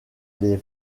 des